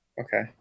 Okay